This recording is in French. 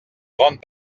grande